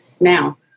now